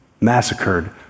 massacred